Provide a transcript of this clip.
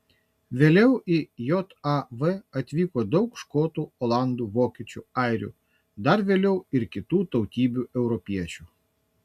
vėliau į jav atvyko daug škotų olandų vokiečių airių dar vėliau ir kitų tautybių europiečių